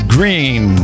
Green